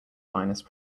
finest